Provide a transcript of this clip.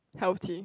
healthy